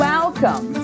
Welcome